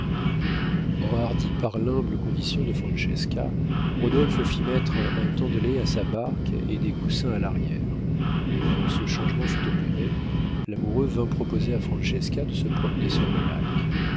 enhardi par l'humble condition de francesca rodolphe fit mettre un tendelet à sa barque et des coussins à l'arrière quand ce changement fut opéré l'amoureux vint proposer à francesca de se promener sur le lac